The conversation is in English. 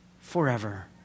forever